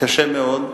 קשה מאוד,